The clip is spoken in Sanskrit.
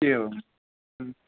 एवं